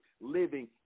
living